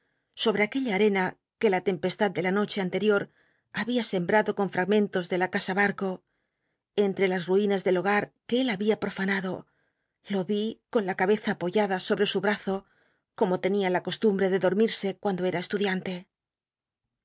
sobre aquella mena que la tcmpest d de la noche anterior había sembrado con fragmentos de la casa barco entre las ruinas del hogar que él había profanado lo yi con la cabeza apoyada sobre su brazo como tenia la costumbre de dormirse cuando em estudiante